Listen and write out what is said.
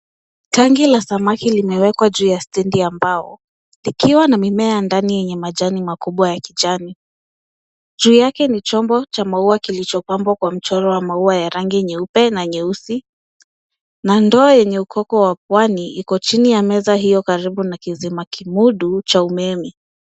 kangi la samaki limewekwa juu ya stendi ya mbao, likiwa na mimea ndani yenye majani makubwa ya kijani. Juu yake ni chombo cha maua kilichopambwa kwa mchoro ya maua ya rangi nyeupe na nyeusi na ndoo yenye ukoko wa Pwani iko chini ya meza hiyo karibu na kizima kimudu cha umeme.